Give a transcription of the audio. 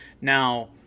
now